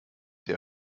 der